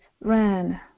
ran